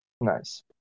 nice